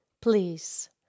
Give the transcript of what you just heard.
Please